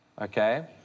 okay